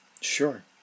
Sure